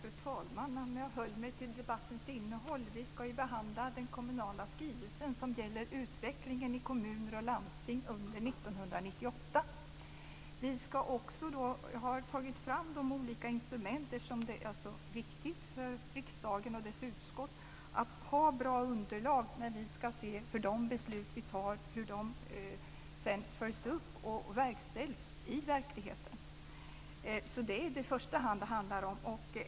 Fru talman! Om jag höll mig till debattens innehåll, sade Per Landgren. Vi ska ju behandla den kommunala skrivelse som gäller utvecklingen i kommuner och landsting under 1998. Vi har också tagit fram olika instrument. Det är viktigt för riksdagen och dess utskott att ha bra underlag när vi ska se hur de beslut vi fattar följs upp och verkställs i verkligheten. Det är vad det i första hand handlar om.